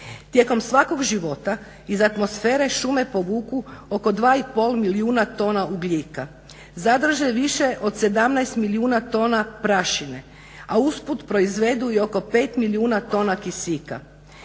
Tijekom svakog života iz atmosfere šume povuku oko 2,5 milijuna tona ugljika, zadrže više od 17 milijuna tona prašine, a usput proizvedu i oko 5 milijuna tona kisika.